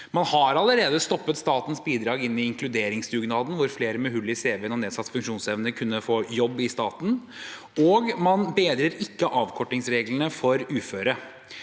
Man har allerede stoppet statens bidrag inn i inkluderingsdugnaden, hvor flere med hull i cv-en og nedsatt funksjonsevne kunne få jobb i staten, og man bedrer ikke avkortingsreglene for uføre.